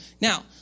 Now